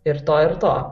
ir to ir to